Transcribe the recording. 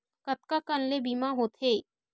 कतका कन ले बीमा होथे?